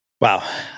Wow